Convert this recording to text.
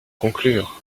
conclure